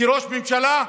כראש ממשלה,